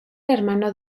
hermano